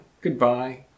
goodbye